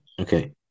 Okay